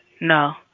No